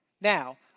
Now